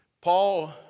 Paul